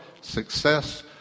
success